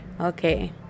Okay